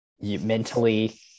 Mentally